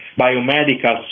biomedical